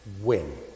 win